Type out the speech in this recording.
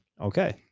Okay